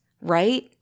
right